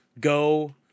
go